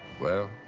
well,